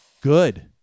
good